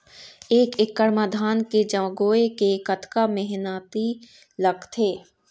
एक एकड़ म धान के जगोए के कतका मेहनती लगथे?